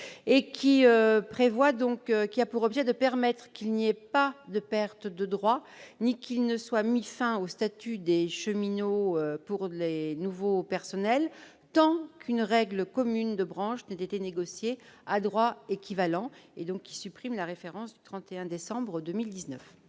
repli, qui vise à garantir qu'il n'y ait pas de perte de droits et qu'il ne soit pas mis fin au statut des cheminots pour les nouveaux personnels tant qu'une règle commune de branche n'a pas été négociée à droits équivalents. Par conséquent, la référence au 31 décembre 2019